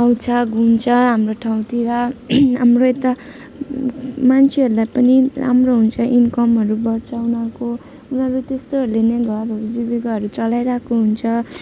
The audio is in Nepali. आउँछ घुम्छ हाम्रो ठाउँतिर हाम्रो यता मान्छेहरूलाई पनि राम्रो हुन्छ इन्कमहरू बचाउनको उनीहरू त्यस्तोहरूले नै घरहरू जीविकाहरू चलाइरहेको हुन्छ